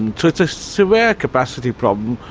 and so it's a severe capacity problem.